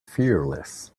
fearless